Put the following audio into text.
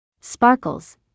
Sparkles